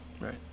Right